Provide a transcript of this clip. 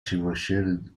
chevauche